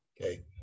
Okay